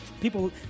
people